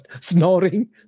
snoring